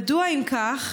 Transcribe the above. אם כך,